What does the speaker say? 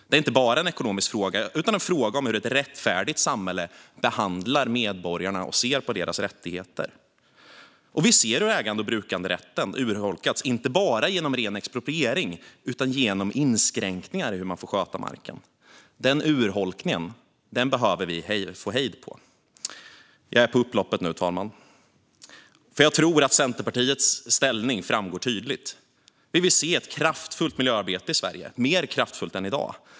Det är inte bara en ekonomisk fråga utan en fråga om hur ett rättfärdigt samhälle behandlar medborgarna och ser på deras rättigheter. Vi ser hur ägande och brukanderätten urholkats inte bara genom ren expropriering utan genom inskränkningar i hur man får sköta marken. Den urholkningen behöver vi få hejd på. Jag tror att Centerpartiets ställning framgår tydligt. Vi vill se ett kraftfullt miljöarbete i Sverige, mer kraftfullt än i dag.